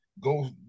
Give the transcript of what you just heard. go